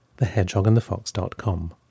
thehedgehogandthefox.com